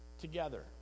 together